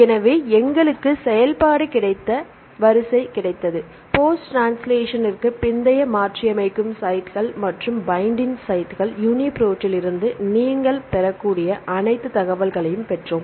எனவே எங்களுக்கு செயல்பாடு கிடைத்த வரிசை கிடைத்தது போஸ்ட் ட்ரான்ஸ்லேஷனிற்கு பிந்தைய நீங்கள் பெறக்கூடிய அனைத்து தகவல்களையும் பெற்றோம்